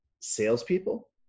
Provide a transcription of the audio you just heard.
salespeople